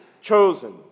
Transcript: chosen